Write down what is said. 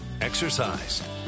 exercise